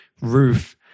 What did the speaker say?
roof